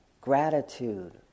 gratitude